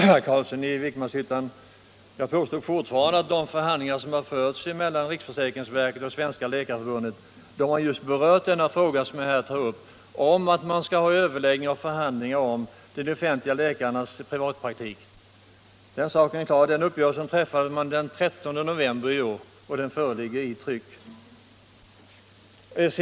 Herr talman! Jag påstår fortfarande, herr Carlsson i Vikmanshyttan, att de förhandlingar som har förts mellan riksförsäkringsverket och Sveriges läkarförbund har gällt den fråga som jag här tar upp, nämligen överläggningar och förhandlingar om de offentligt anställda läkarnas privatpraktik. Uppgörelsen träffades den 13 november i år och föreligger i tryck.